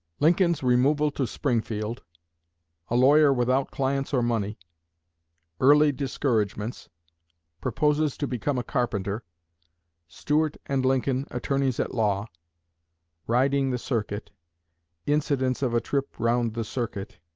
lincoln's removal to springfield a lawyer without clients or money early discouragements proposes to become a carpenter stuart and lincoln, attorneys at law riding the circuit incidents of a trip round the circuit